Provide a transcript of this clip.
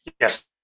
Yes